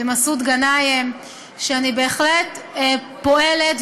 ומסעוד גנאים, שאני בהחלט פועלת.